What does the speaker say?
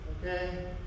Okay